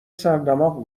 سردماغ